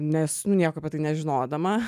nes nieko nežinodama